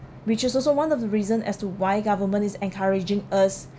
which is also one of the reason as to why government is encouraging us